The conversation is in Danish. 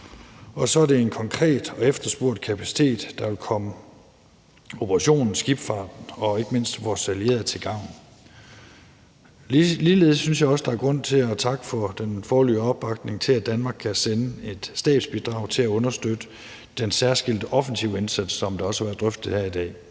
og så er det en konkret og efterspurgt kapacitet, der vil komme operationen, skibsfarten og ikke mindst vores allierede til gavn. Ligeledes synes jeg, at der også er grund til at takke for den foreløbige opbakning til, at Danmark kan sende et stabsbidrag til at understøtte den særskilte offensive indsats, som også er blevet drøftet her i dag.